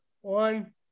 one